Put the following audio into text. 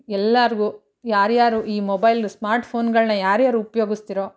ಎಲ್ಲರಿಗೂ ಯಾರ್ಯಾರು ಈ ಮೊಬೈಲು ಸ್ಮಾರ್ಟ್ಫೋನ್ಗಳನ್ನ ಯಾರ್ಯಾರು ಉಪಯೋಗಿಸ್ತೀರೋ